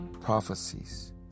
prophecies